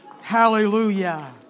Hallelujah